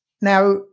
Now